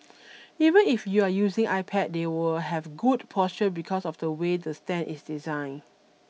even if you're using iPad they will have good posture because of the way the stand is designed